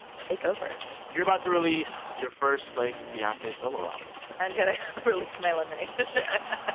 take over you're about to release your first, like, beyonce solo album i'm going to release my lemonade yes, yes.